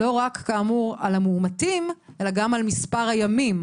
לא רק על המאומתים כאמור אלא גם על מספר הימים,